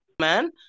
man